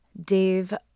Dave